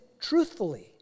truthfully